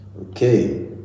Okay